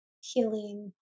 healing